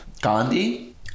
Gandhi